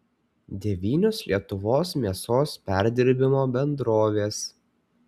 devynios lietuvos mėsos perdirbimo bendrovės